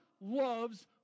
loves